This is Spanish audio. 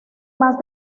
más